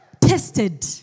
tested